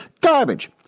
garbage